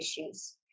issues